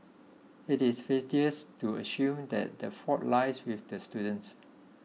it is facetious to assume that the fault lies with the students